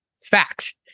fact